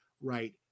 right